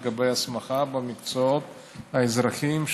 לגבי הסמכה במקצועות האזרחיים,